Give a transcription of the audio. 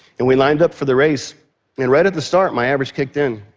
and we lined up for the race, and right at the start, my average kicked in,